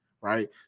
right